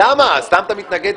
מה זאת אומרת?